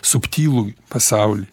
subtilų pasaulį